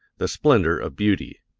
the splendor of beauty.